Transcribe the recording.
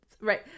right